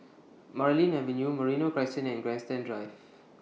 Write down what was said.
Marlene Avenue Merino Crescent and Grandstand Drive